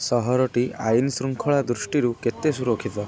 ସହରଟି ଆଇନ୍ ଶୃଙ୍ଖଳା ଦୃଷ୍ଟିରୁ କେତେ ସୁରକ୍ଷିତ